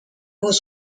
was